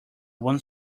one